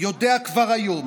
יודע כבר היום